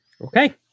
Okay